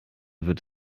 wird